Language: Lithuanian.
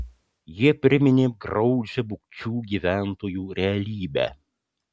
jie priminė graudžią bukčių gyventojų realybę